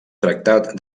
tractat